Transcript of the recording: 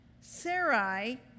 Sarai